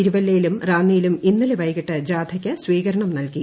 തിരുവല്ലയിലും റാന്നിയിലും ഇന്നലെ വൈകിട്ട് ജാഥയ്ക്ക് സ്വീകണം നൽകി